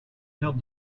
held